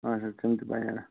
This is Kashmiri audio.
اچھا تِم تہِ بَنیٚن